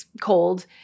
cold